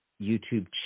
YouTube